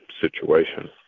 situation